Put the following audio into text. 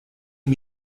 you